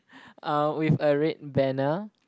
um with a red banner